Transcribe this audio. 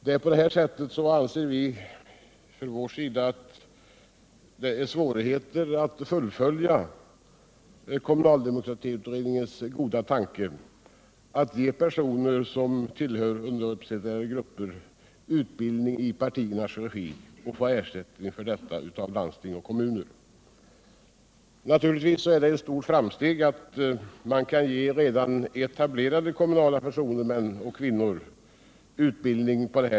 Men på det sättet blir det enligt vår mening svårt att fullfölja kommunaldemokratiutredningens goda tanke att ge personer som tillhör underrepresenterade grupper utbildning i partiernas regi och ersättning för detta av landsting och kommuner. Naturligtvis är det ett stort framsteg att man numera kan ge redan etablerade kommunala förtroendevalda betald utbildning.